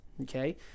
okay